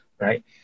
right